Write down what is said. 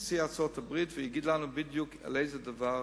נשיא ארצות-הברית ויגיד לנו בדיוק על איזה דבר